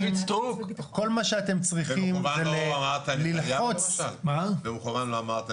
שבזכותה אנחנו כאן במדינת ישראל ובזכותה יש לנו